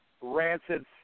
rancid